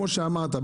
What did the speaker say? כמו שאמרת,